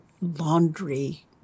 laundry